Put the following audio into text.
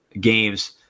games